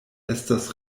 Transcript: estas